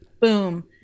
boom